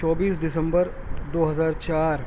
چوبیس دسمبر دو ہزار چار